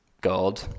God